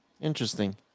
Interesting